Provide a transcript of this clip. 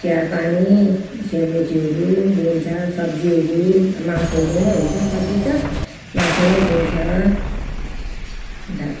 चियापानी सेलरोटीहरू दिइन्छ सब्जीहरू अ मासुहरू नै हुन्छ सब्जी त मासु नै दिइन्छ अन्त